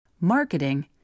marketing